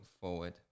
forward